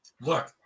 look